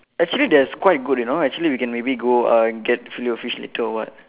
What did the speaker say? actually there's quite good you know actually we can maybe go uh get filet O fish later or what